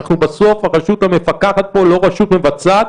אנחנו בסוף הרשות המפקחת פה ולא הרשות המבצעת,